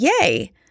yay